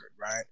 Right